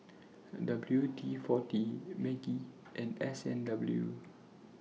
W D forty Maggi and S and W